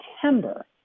September